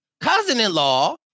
cousin-in-law